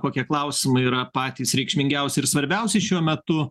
kokie klausimai yra patys reikšmingiausi ir svarbiausi šiuo metu